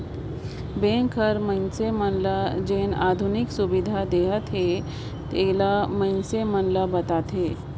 bank हर मइनसे मन ल जेन आधुनिक सुबिधा देहत अहे तेला मइनसे मन ल बताथे